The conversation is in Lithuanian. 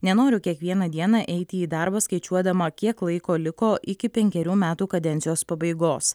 nenoriu kiekvieną dieną eiti į darbą skaičiuodama kiek laiko liko iki penkerių metų kadencijos pabaigos